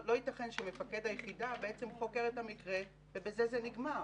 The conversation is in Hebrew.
לא יתכן שמפקד היחידה חוקר את המקרה ובזה זה נגמר.